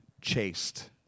chased